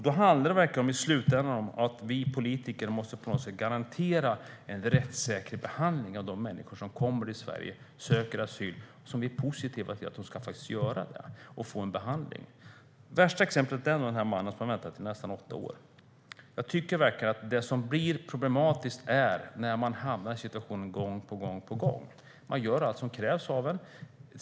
Då handlar det verkligen i slutändan om att vi politiker på något sätt måste garantera en rättssäker behandling av de människor som kommer till Sverige och söker asyl - vi är positiva till att de ska göra det och få en behandling. Värsta exemplet är nog den man som har väntat i nästan åtta år. Jag tycker verkligen att det blir problematiskt när man hamnar i situationen gång på gång på gång. Man gör allt som krävs av en.